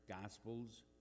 gospels